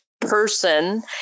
person